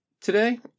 today